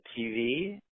TV